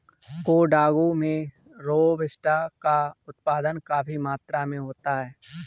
कोडागू में रोबस्टा का उत्पादन काफी मात्रा में होता है